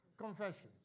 confessions